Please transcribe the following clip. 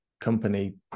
company